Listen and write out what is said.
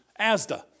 ASDA